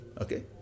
okay